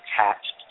attached